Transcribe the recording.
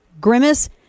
Grimace